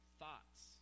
thoughts